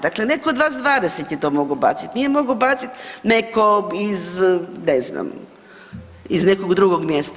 Dakle netko od vas 20 je to mogao baciti, nije mogao baciti netko iz, ne znam, iz nekog drugog mjesta.